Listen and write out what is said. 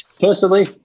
Personally